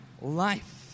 life